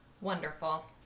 Wonderful